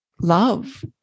love